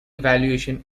evaluation